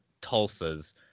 Tulsa's